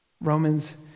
Romans